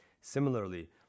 Similarly